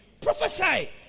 prophesy